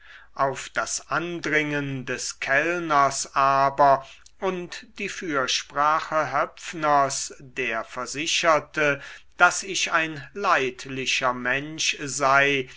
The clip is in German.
auf das andringen des kellners aber und die fürsprache höpfners der versicherte daß ich ein leidlicher mensch sei